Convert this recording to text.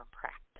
practice